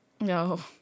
No